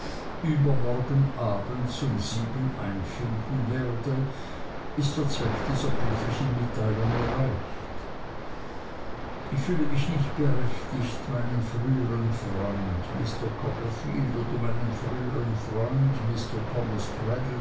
übermorgen abends um sieben einfinden werde ist der zweck dieser brieflichen mitteilung erreicht ich fühle mich nicht berechtigt meinen frühern freund mr copperfield oder meinen frühern freund mr thomas